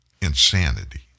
insanity